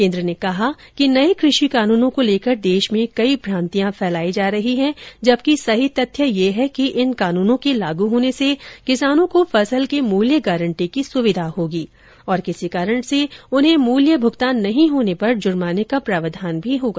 केन्द्र ने कहा है कि नए कृषि कानूनों को लेकर देश में कई भ्रांतियां फैलाई जा रही है जबकि सही तथ्य यह है कि इन कानूनों के लागू होने से किसानों को फसल के मूल्य गारंटी की सुविधा होगी और किसी कारण से उन्हे मूल्य भुगतान नहीं होने पर जुर्माने का प्रावधान भी होगा